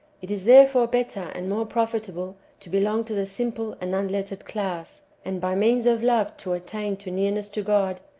it is therefore better and more profitable to belong to the simple and unlettered class, and by means of love to at tain to nearness to god,